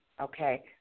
okay